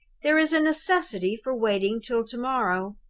there is a necessity for waiting till to-morrow.